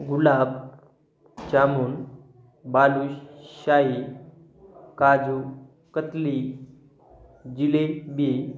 gulab jamun balushahi kaju katli jalebi